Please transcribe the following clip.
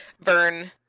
Vern